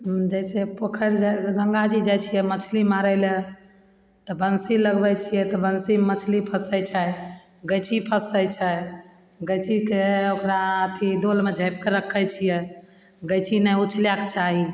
जैसे पोखरि जाय गंगा जी जाय छियै मछली मारय लए तऽ बंसी लगबय छियै तऽ बंसीमे मछली फँसय छै गञ्ची फँसय छै गैञ्चीके ओकरा अथी दोलमे झाँपि कऽ रखय छियै गैञ्ची नहि उछलयके चाही